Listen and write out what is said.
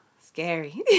scary